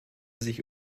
sich